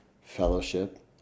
fellowship